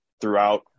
throughout